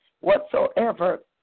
whatsoever